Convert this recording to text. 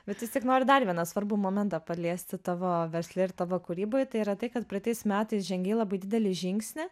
bet vis tiek noriu dar vienąs svarbų momentą paliesti tavo versle ir tavo kūryboje tai yra tai kad praeitais metais žengei labai didelį žingsnį